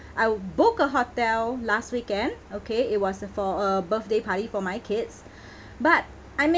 I booked a hotel last weekend okay it was a for a birthday party for my kids but I me~